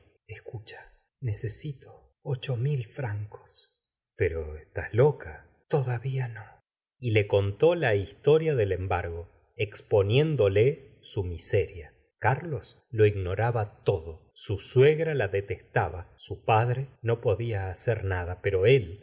escucha necesito ocho mil frnncos pero estás loca todavía no y le contó la historia del embargo exponiéndole su miseria carlos lo ignoraba todo su suegra la detestaba su padre no podía hacer nada pero él